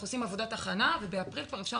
אנחנו עושים עבודת הכנה ובאפריל כבר אפשר